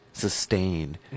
Sustained